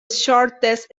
shortest